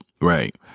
Right